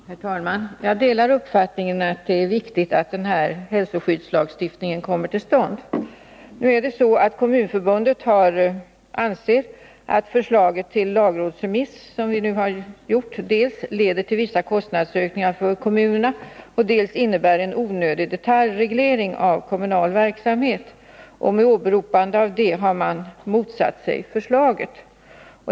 Herr talman! Jag delar uppfattningen att det är viktigt att den här hälsoskyddslagstiftningen kommer till stånd. Kommunförbundet har ansett att det förslag till lagrådsremiss som vi utarbetat inom departementet dels leder till vissa kostnadsökningar för kommunerna, dels innebär en onödig detaljreglering av kommunal verksamhet. Med åberopande av detta har förbundet motsatt sig förslaget.